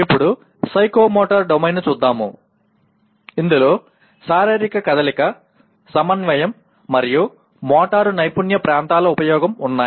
ఇప్పుడు సైకోమోటర్ డొమైన్ను చూద్దాము ఇందులో శారీరక కదలిక సమన్వయం మరియు మోటారు నైపుణ్య ప్రాంతాల ఉపయోగం ఉన్నాయి